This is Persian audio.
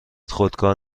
خودکار